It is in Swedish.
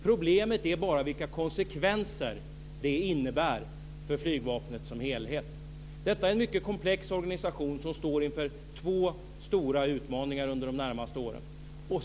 Problemet är bara vilka konsekvenser det innebär för flygvapnet som helhet. Detta är en mycket komplex organisation som står inför två stora utmaningar under de närmaste åren.